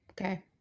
Okay